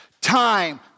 Time